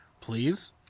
Please